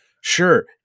Sure